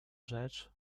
rzecz